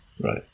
right